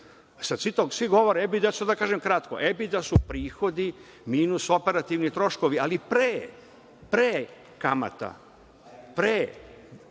Sad svi govore EBITDA, a ja ću da kažem kratko. EBITDA su prihodi minus operativni troškovi, ali pre kamata, pre takozvane